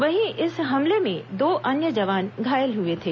वहीं इस हमले में दो अन्य जवान घायल हुए थे